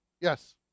Yes